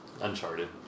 Uncharted